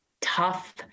tough